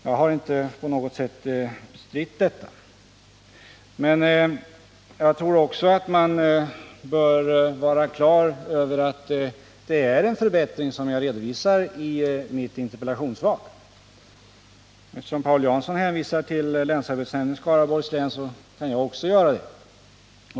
Jag har inte på något sätt bestritt detta, men jag tror också att man bör vara klar över att det har skett en förbättring, vilket jag redovisar i mitt interpellationssvar. Eftersom Paul Jansson hänvisar till länsarbetsnämnden i Skaraborgs län kan jag också göra det.